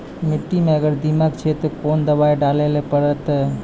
मिट्टी मे अगर दीमक छै ते कोंन दवाई डाले ले परतय?